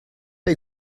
pas